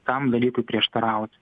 tam dalykui prieštaraut